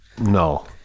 No